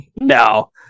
No